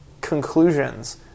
conclusions